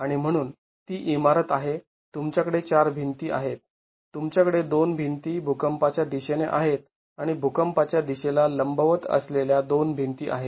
आणि म्हणून ती इमारत आहे तुमच्याकडे चार भिंती आहेत तुमच्याकडे दोन भिंती भुकंपाच्या दिशेने आहेत आणि भुकंपाच्या दिशेला लंबवत असलेल्या दोन भिंती आहेत